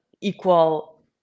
equal